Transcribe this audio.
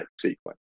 sequence